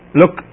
look